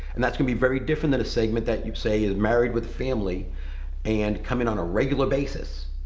and that's gonna be very different than a segment that you say is married with family and come in on a regular basis.